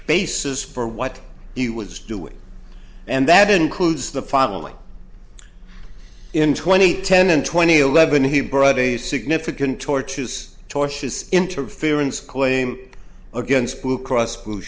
basis for what he was doing and that includes the family in twenty ten and twenty eleven he brought a significant torturous tortious interference claim against blue cross blue